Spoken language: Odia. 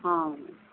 ହଁ